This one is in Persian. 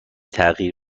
تغییر